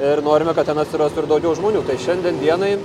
ir norime kad ten atsirastų ir daugiau žmonių tai šiandien dienai